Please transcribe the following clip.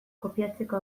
kopiatzeko